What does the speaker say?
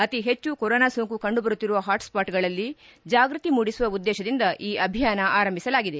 ಅತಿ ಹೆಚ್ಚು ಕೊರೊನಾ ಸೋಂಕು ಕಂಡು ಬರುತ್ತಿರುವ ಹಾಟ್ಸ್ವಾಟ್ಗಳಲ್ಲಿ ಜಾಗೃತಿ ಮೂಡಿಸುವ ಉದ್ದೇಶದಿಂದ ಈ ಅಭಿಯಾನ ಆರಂಭಿಸಲಾಗಿದೆ